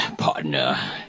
partner